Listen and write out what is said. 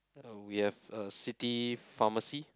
uh we have a city pharmacy